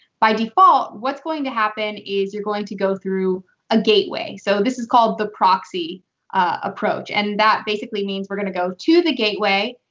by default, what's going to happen is, you're going to go through a gateway. so this is called the proxy approach. and that basically means we're going to go to the gateway.